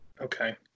Okay